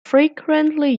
frequently